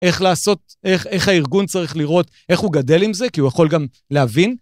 איך לעשות, איך הארגון צריך לראות, איך הוא גדל עם זה, כי הוא יכול גם להבין.